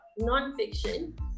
nonfiction